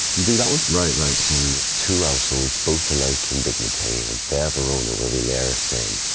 you do that one? right right so, two households, both alike in dignity, in fair verona, where we lay our scene,